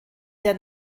der